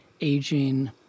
aging